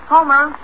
Homer